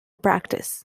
practice